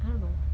I don't know